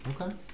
okay